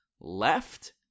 left